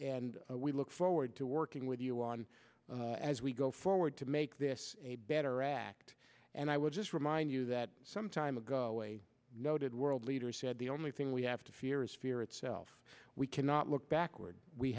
d we look forward to working with you on as we go forward to make this a better act and i will just remind you that some time ago a noted world leader said the only thing we have to fear is fear itself we cannot look